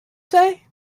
say